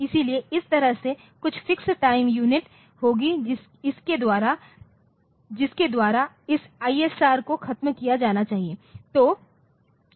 इसलिए इस तरह से कुछ फिक्स टाइम यूनिट होगी जिसके द्वारा इस ISR को खत्म किया जाना चाहिए